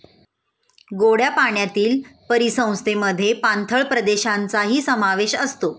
गोड्या पाण्यातील परिसंस्थेमध्ये पाणथळ प्रदेशांचाही समावेश असतो